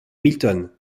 milton